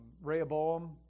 Rehoboam